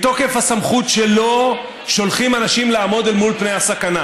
מתוקף הסמכות שלו שולחים אנשים לעמוד אל מול פני הסכנה.